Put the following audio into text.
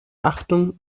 achtung